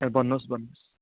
ए भन्नुहोस् भन्नुहोस्